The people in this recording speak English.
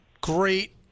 great